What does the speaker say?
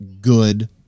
good